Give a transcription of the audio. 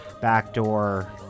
backdoor